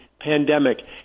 pandemic